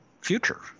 future